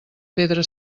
pedra